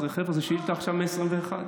חבר'ה, השאילתה עכשיו מ-2021.